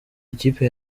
ikipe